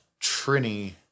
Trini